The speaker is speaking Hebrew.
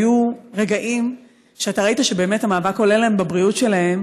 היו רגעים שאתה ראית שבאמת המאבק עולה להם בבריאות שלהם,